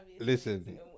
listen